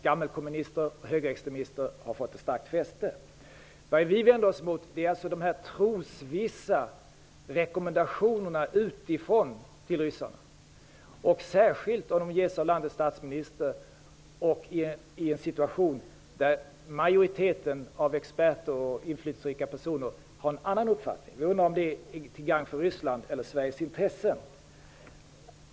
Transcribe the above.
Gammelkommunister och högerextremister har fått ett starkt fäste. Vad vi vänder oss emot är dessa trosvissa rekommendationer till ryssarna som kommer utifrån, särskilt när de ges av statsministern i en situation när majoriteten av experter och inflytelserika personer har en annan uppfattning. Vi undrar om detta är till gagn för Rysslands eller Sveriges intressen.